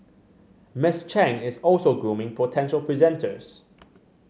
Miss Chang is also grooming potential presenters